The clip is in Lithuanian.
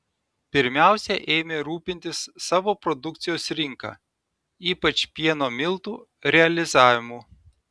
pirmiausia ėmė rūpintis savo produkcijos rinka ypač pieno miltų realizavimu